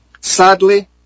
Sadly